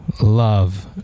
love